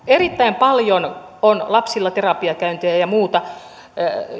erittäin paljon on lapsilla terapiakäyntejä ja muuta